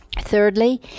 Thirdly